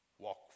Walk